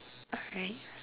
alright